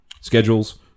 schedules